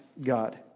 God